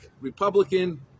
Republican